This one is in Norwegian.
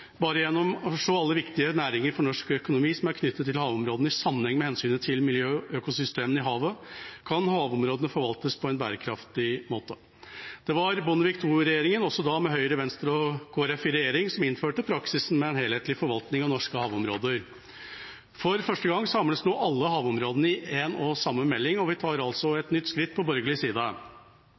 Bare gjennom å se alle viktige næringer for norsk økonomi som er knyttet til havområdene i sammenheng med hensynet til miljøet og økosystemene i havet, kan havområdene forvaltes på en bærekraftig måte. Det var Bondevik II-regjeringa, også da med Høyre, Venstre og Kristelig Folkeparti i regjering, som innførte praksisen med en helhetlig forvaltning av norske havområder. For første gang samles nå alle havområdene i en og samme melding, og vi tar altså et nytt skritt på borgerlig side.